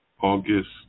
August